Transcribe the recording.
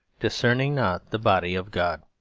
discerning not the body of god.